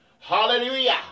Hallelujah